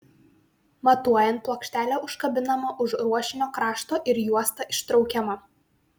matuojant plokštelė užkabinama už ruošinio krašto ir juosta ištraukiama